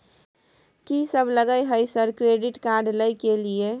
कि सब लगय हय सर क्रेडिट कार्ड लय के लिए?